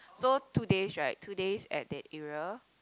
so two days right two days at that area